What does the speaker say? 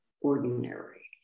ordinary